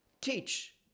teach